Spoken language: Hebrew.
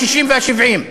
ה-60 וה-70,